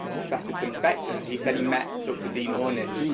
professor tim spector. he said he met, talked to dean ornish,